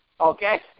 okay